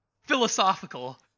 philosophical